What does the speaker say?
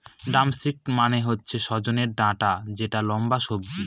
drumstick মানে হচ্ছে সজনে ডাটা যেটা লম্বা সবজি